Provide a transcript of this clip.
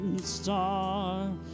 star